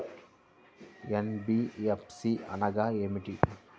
NBFC అనగా ఏమిటీ?